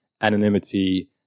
anonymity